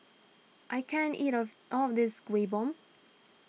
I can't eat of all of this Kuih Bom